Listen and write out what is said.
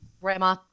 Grandma